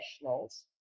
professionals